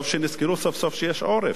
טוב שנזכרו, סוף-סוף, שיש עורף.